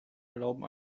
erlauben